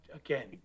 again